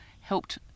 helped